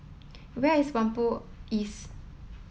where is Whampoa East